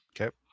Okay